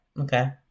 Okay